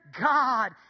God